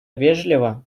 вежливо